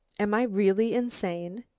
am i really insane?